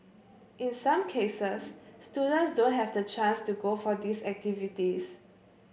in some cases students don't have the chance to go for these activities